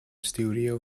studio